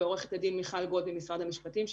ועורכת הדין מיכל גולד ממשרד המשפטים.